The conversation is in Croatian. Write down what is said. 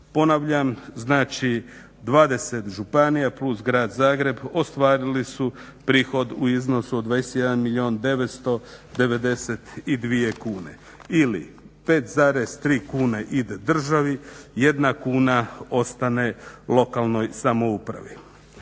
Ponavljam, znači 20 županija plus Grad Zagreb ostvarili su prihod od 21 milijun 992 kune ili 5,3 kune ide državi 1 kuna ostane lokalnoj samoupravi.